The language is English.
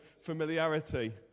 familiarity